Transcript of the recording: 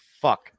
fuck